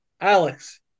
Alex